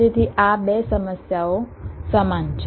તેથી આ 2 સમસ્યાઓ સમાન છે